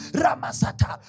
ramasata